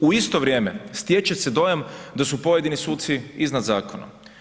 U isto vrijeme stječe se dojam da su pojedini suci iznad zakona.